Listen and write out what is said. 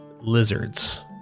lizards